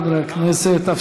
חברי הכנסת.